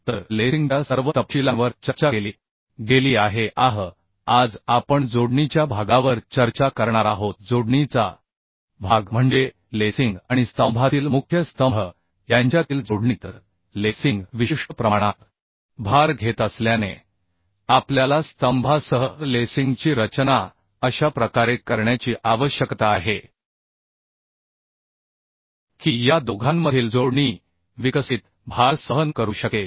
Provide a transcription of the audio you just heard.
तर लेसिंगच्या सर्व तपशीलांवर चर्चा केली गेली आहे आह आज आपण जोडणीच्या भागावर चर्चा करणार आहोत जोडणीचा भाग म्हणजे लेसिंग आणि स्तंभातील मुख्य स्तंभ यांच्यातील जोडणी तर लेसिंग विशिष्ट प्रमाणात भार घेत असल्याने आपल्याला स्तंभासह लेसिंगची रचना अशा प्रकारे करण्याची आवश्यकता आहे की या दोघांमधील जोडणी विकसित भार सहन करू शकेल